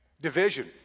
Division